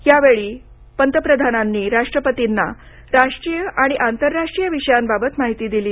यावेळी पंतप्रधानांनी राष्ट्रपतींना राष्ट्रीय आणि आंतरराष्ट्रीय विषयांबाबत माहिती दिली